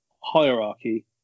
hierarchy